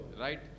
Right